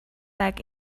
back